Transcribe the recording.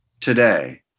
today